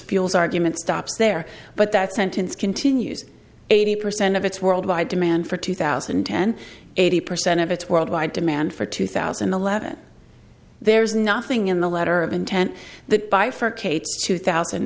fuels argument stops there but that sentence continues eighty percent of its worldwide demand for two thousand and ten eighty percent of its worldwide demand for two thousand and eleven there's nothing in the letter of intent that bifurcates two thousand